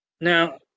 Now